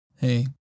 Hey